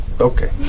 Okay